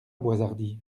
boishardy